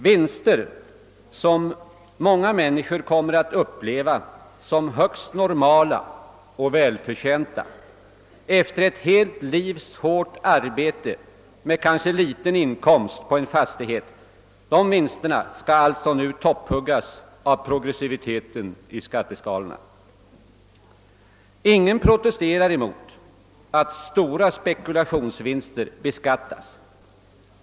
Vinster som många människor kommer att uppleva som högst normala och välförtjänta — efter ett helt livs hårt arbete, med kanske liten inkomst, på en fastighet — skall alltså nu topphuggas av progressiviteten i skatteskalorna. Ingen protesterar emot att stora spekulationsvinster beskattas.